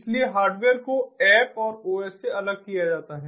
इसलिए हार्डवेयर को ऐप और ओएस से अलग किया जाता है